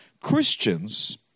Christians